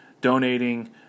donating